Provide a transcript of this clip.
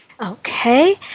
Okay